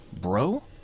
bro